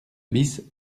bis